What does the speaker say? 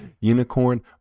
Unicorn